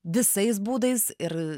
visais būdais ir